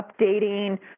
updating